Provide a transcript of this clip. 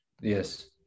Yes